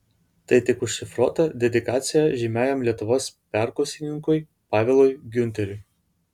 tai tik užšifruota dedikacija žymiajam lietuvos perkusininkui pavelui giunteriui